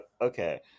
okay